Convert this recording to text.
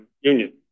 union